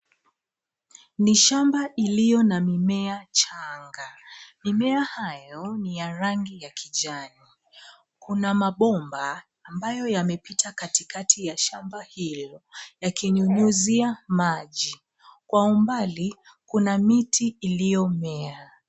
Ni shamba iliyo na mimea changa. Mimea hayo ni ya rangi ya kijani. Kuna mabomba ambayo yamepita katikati ya shamba hiyo yakinyunyizia maji kwa umbali, kuna miti iliyomea.